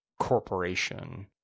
corporation